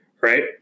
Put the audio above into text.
right